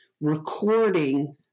recording